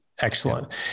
Excellent